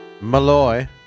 Malloy